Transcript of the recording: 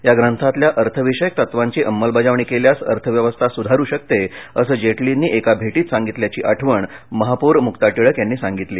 या प्रंथातल्या अर्थविषयक तत्वांची अंमलबजावणी केल्यास अर्थव्यवस्था सुधारू शकते असं जेटलींनी एका भेटीत सांगितल्याची आठवण महापौर मुक्ता टिळक यांनी सांगितली